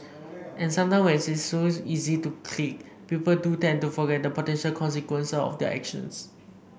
and sometimes when it's so easy to click people do tend to forget the potential consequences of their actions